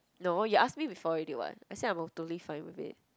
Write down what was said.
no you ask me before already [what] I say I'm totally fine with it